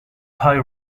pie